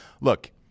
Look